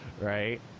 Right